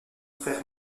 frère